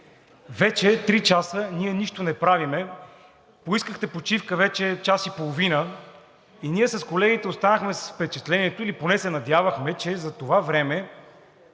Вече три часа ние нищо не правим. Поискахте почивка вече час и половина и ние с колегите останахме с впечатлението, или поне се надявахме, че за това време